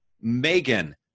Megan